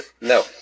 no